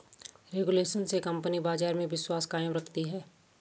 regulation से company बाजार में विश्वास कायम रखती है